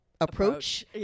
approach